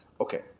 Okay